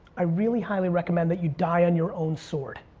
i really highly recommend that you die on your own sword.